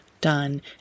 done